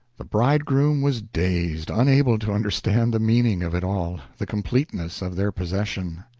the bridegroom was dazed, unable to understand the meaning of it all the completeness of their possession.